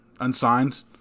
unsigned